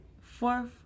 fourth